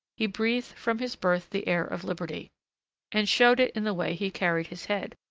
he breathed from his birth the air of liberty and showed it in the way he carried his head.